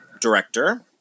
director